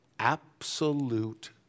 absolute